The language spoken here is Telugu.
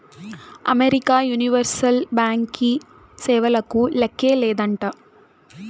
అమెరికా యూనివర్సల్ బ్యాంకీ సేవలకు లేక్కే లేదంట